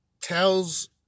tells